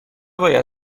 باید